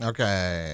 Okay